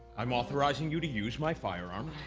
i'm authorizing you to use my firearm.